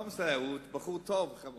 הוא בחור טוב, אנחנו